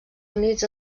units